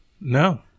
No